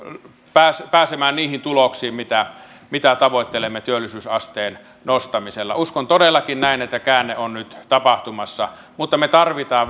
pääsemään pääsemään niihin tuloksiin mitä mitä tavoittelemme työllisyysasteen nostamisella uskon todellakin näin että käänne on nyt tapahtumassa mutta me tarvitsemme